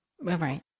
Right